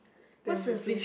then we switch